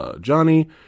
Johnny